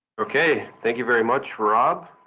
okay. thank you very much, rob.